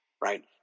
right